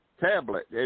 tablet